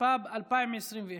התשפ"ב 2021,